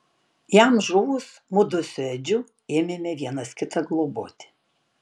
jam žuvus mudu su edžiu ėmėme vienas kitą globoti